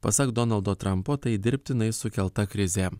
pasak donaldo trampo tai dirbtinai sukelta krizė